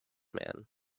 man